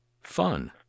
fun